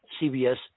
CBS